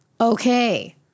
okay